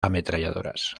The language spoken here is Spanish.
ametralladoras